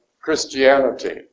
Christianity